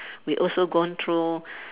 we also gone through